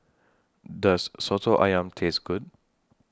Does Soto Ayam Taste Good